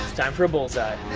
time for a bull's eye.